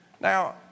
Now